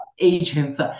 agents